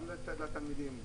גם לתלמידים,